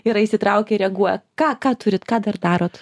yra įsitraukę reaguoja ką ką turite ką dar darot